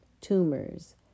Tumors